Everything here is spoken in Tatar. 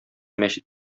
мәчет